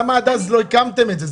למה עד אז לא הקמתם את זה?